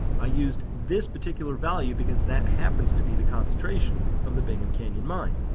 i used this particular value because that happens to be the concentration of the bingham canyon mine.